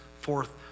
forth